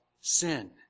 sin